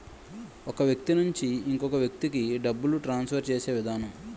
ఒక వ్యక్తి నుంచి ఇంకొక వ్యక్తికి డబ్బులు ట్రాన్స్ఫర్ చేసే విధానం